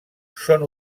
són